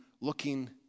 looking